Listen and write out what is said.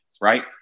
right